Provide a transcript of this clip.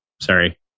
Sorry